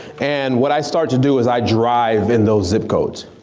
and what i start to do is i drive in those zip codes.